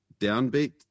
downbeat